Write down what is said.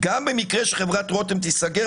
גם במקרה שחברת רותם תיסגר,